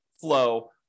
flow